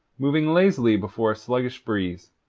moving lazily before a sluggish breeze.